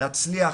להצליח